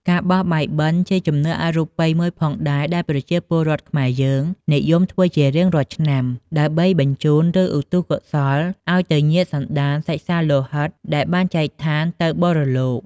ការបោះបាយបិណ្ឌជាជំនឿអរូបិយមួយផងដែរ ដែលប្រជាពលរដ្ឋខ្មែរយើងនិយមធ្វើជារៀងរាល់ឆ្នាំ ដើម្បីបញ្ជូនឬឧទ្ទិសកុសលឱ្យទៅញាតិសន្ដានសាច់សាលោហិតដែលបានចែកឋានទៅបរលោក។